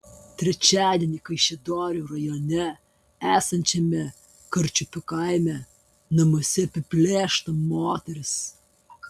trečiadienį kaišiadorių rajone esančiame karčiupio kaime namuose apiplėšta moteris